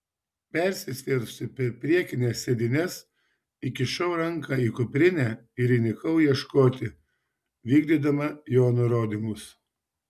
persisvėrusi per priekines sėdynes įkišau ranką į kuprinę ir įnikau ieškoti vykdydama jo nurodymus